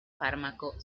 fármaco